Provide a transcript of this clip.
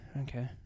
Okay